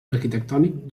arquitectònic